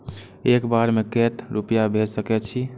एक बार में केते रूपया भेज सके छी?